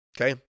okay